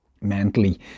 mentally